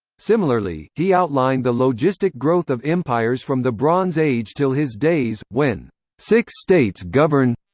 similarly, he outlined the logistic growth of empires from the bronze age till his days, when six states govern.